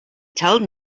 told